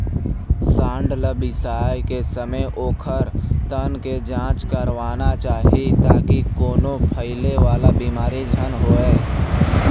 सांड ल बिसाए के समे ओखर तन के जांच करवाना चाही ताकि कोनो फइले वाला बिमारी झन होवय